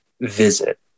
visit